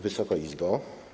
Wysoka Izbo!